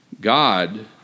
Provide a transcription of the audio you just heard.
God